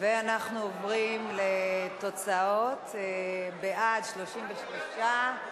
ואנחנו עוברים לתוצאות: בעד 33,